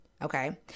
Okay